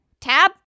Tab